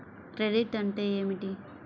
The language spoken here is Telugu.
క్రెడిట్ అంటే ఏమిటి?